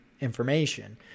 information